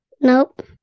Nope